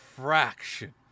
fraction